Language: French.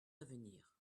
d’avenir